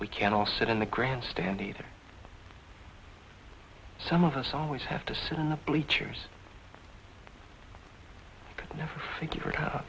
we can all sit in the grandstand either some of us always have to sit in the bleachers but never figure it out